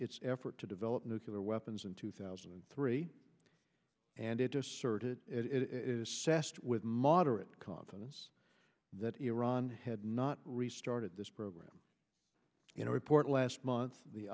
its effort to develop nuclear weapons in two thousand and three and it c'est with moderate confidence that iran had not restarted this program you know report last month